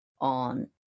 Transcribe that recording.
on